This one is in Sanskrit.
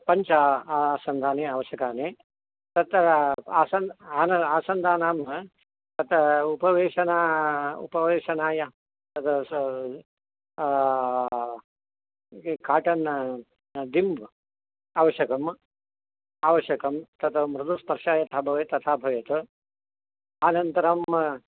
पञ्च आसन्दाः आवश्यकानि तत् आसन् आन् आसन्दानां तत् उपवेशना उपवेशनाय तद् काटन् दिम्ब् आवश्यकं आवश्यकं तत् मृदुस्पर्शः यथा भवेत् तथा भवेत् अनन्तरं